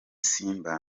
simba